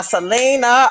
Selena